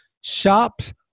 Shops